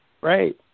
Right